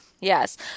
yes